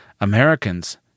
Americans